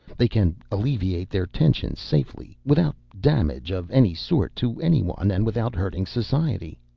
they can alleviate their tensions safely without damage of any sort to anyone, and without hurting society.